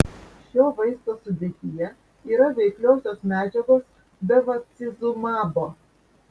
šio vaisto sudėtyje yra veikliosios medžiagos bevacizumabo